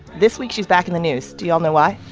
this week she's back in the news. do y'all know why?